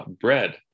bread